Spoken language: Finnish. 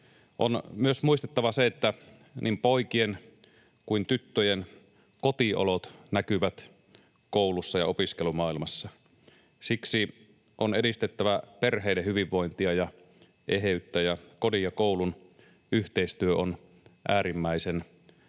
On myös muistettava se, että niin poikien kuin tyttöjen kotiolot näkyvät koulussa ja opiskelumaailmassa. Siksi on edistettävä perheiden hyvinvointia ja eheyttä. Kodin ja koulun yhteistyö on äärimmäisen tärkeää,